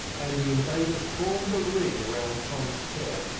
and the invaders formed a ring round tom's chair.